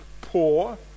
poor